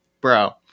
Bro